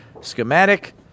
schematic